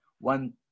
one